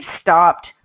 stopped